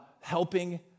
helping